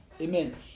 Amen